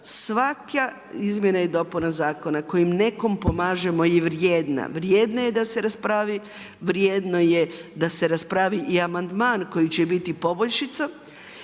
svaka izmjena i dopuna zakona kojim nekom pomažemo vrijedna, vrijedna je da se raspravi, vrijedno je da se raspravi i amandman koji će bit poboljšica.